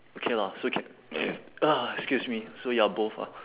okay lah so ca~ excuse me so you're both ah